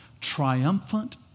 triumphant